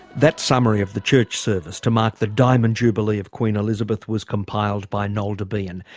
that summary of the church service to mark the diamond jubilee of queen elizabeth was compiled by noel debien.